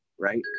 right